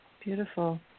Beautiful